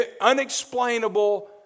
unexplainable